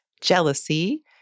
jealousy